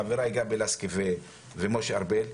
חבריי גבי לסקי ומשה ארבל,